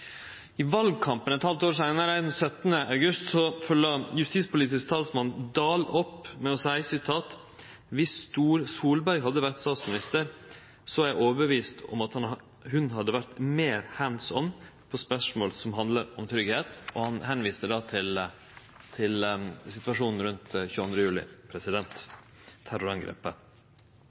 I valkampen eit halvt år seinare, den 17. august, følgde justispolitisk talsmann Oktay Dahl opp med å seie: «Hvis Solberg hadde vært statsminister, så er jeg overbevist om at hun hadde vært mer «hands on» på spørsmål som handler om trygghet.» Han viste då til situasjonen rundt 22. juli og terrorangrepet.